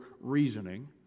reasoning